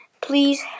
please